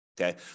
Okay